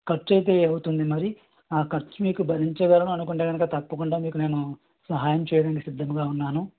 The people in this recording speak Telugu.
ఖర్చయితే అవుతుంది మరి ఆ ఖర్చు మీకు భరించగలము అనుకుంటే కనుక తప్పకుండ మీకు నేను సహాయం చేయడానికి సిద్ధముగా ఉన్నాను